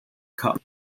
cup